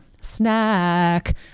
Snack